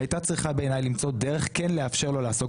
בעיניי הייתה צריכה למצוא דרך כן לאפשר לו לעסוק